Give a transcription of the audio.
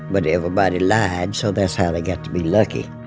but everybody lied, so that's how they got to be lucky